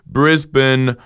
brisbane